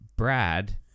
brad